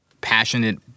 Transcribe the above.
passionate